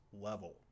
level